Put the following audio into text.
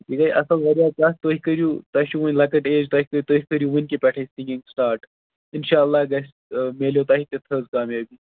یہِ گٔے اصل واریاہ کَتھ تُہی کٔرو تۄہہِ چھو وُنہِ لۄکٕٹ ایج تۄہہِ کٔرو تُہی کٔرو وٕنکہِ پٮ۪ٹھے سِنگِنگ سِٹاٹ اِنشاء اللہ گَژھہِ ملیو تۄہہِ تہِ تھٔز کامیٲبی